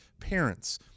parents